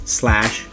slash